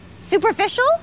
Superficial